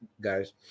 guys